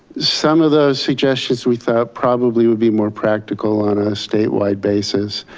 some of those suggestions we thought probably would be more practical on a statewide basis,